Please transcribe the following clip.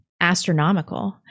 astronomical